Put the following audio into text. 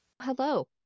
Hello